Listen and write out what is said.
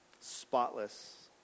spotless